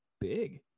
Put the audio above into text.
big